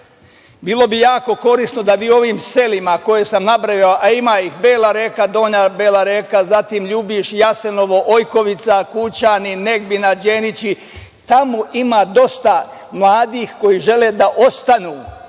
bilo bi jako korisno da vi ovim selima koje sam nabrojao, a ima ih Bela Reka, Donja Bela Reka, zatim Ljubiš, Jasenovo, Ojkovica, Kućuni, Negbina, Đenići, tamo ima dosta mladih koji žele da ostanu.